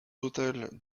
hôtels